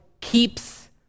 keeps